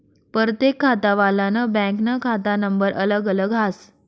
परतेक खातावालानं बँकनं खाता नंबर अलग अलग हास